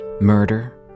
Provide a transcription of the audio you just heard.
murder